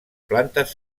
plantes